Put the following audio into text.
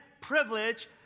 privilege